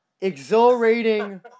exhilarating